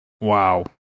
Wow